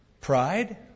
pride